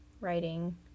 writing